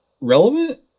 relevant